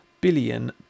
billion